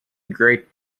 great